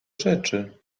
rzeczy